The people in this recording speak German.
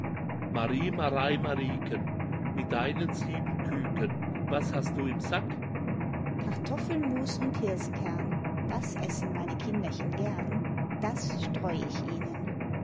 marieken mit deinen sieben küken was hast du im sack kartoffelmus und hirsekern das essen meine kinderchen gern das streu ich ihnen